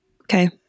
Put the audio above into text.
Okay